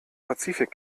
pazifik